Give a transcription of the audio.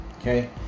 Okay